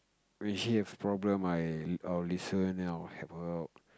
when she have problem I I will listen then I will help her out